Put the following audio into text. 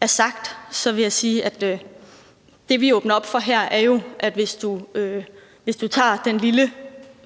er sagt, vil jeg sige, at det, som vi jo åbner op for her, er, at du, hvis du tager den lille